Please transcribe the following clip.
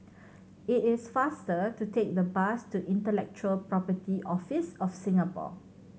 it is faster to take the bus to Intellectual Property Office of Singapore